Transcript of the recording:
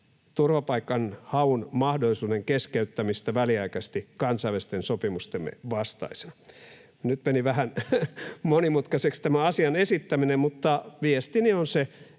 turvapaikanhaun mahdollisuuden keskeyttämistä väliaikaisesti kansainvälisten sopimustemme vastaisina. Nyt meni vähän monimutkaiseksi tämä asian esittäminen, mutta viestini on se,